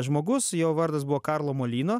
žmogus jo vardas buvo karlo molino